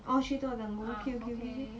orh 去做 dango